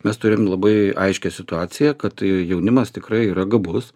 mes turim labai aiškią situaciją kad jaunimas tikrai yra gabus